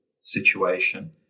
situation